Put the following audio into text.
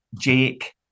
jake